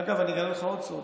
אגב, אני אגלה לך עוד סוד,